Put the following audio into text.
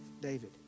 David